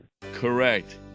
correct